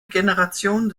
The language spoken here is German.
generationen